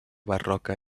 barroca